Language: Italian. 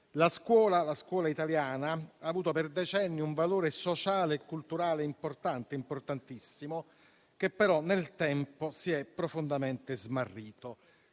la scuola italiana ha avuto per decenni un valore sociale e culturale importante, importantissimo, che però nel tempo si è profondamente smarrito.